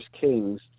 Kings